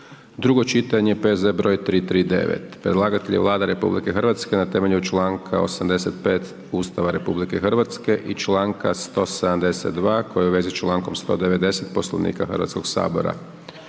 drugo čitanja, P.Z.E. br. 339. Predlagatelj je Vlada Republike Hrvatske na temelju čl. 85. Ustava RH i čl. 172. koji je u vezi s čl. 190. Poslovnika Hrvatskog sabora.